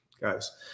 guys